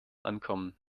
ankommen